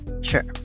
Sure